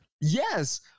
Yes